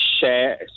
share